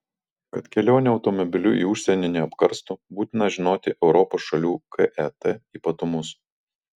kad kelionė automobiliu į užsienį neapkarstų būtina žinoti europos šalių ket ypatumus